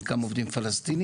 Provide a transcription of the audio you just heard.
חלקם עובדים פלסטינים,